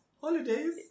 Holidays